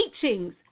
teachings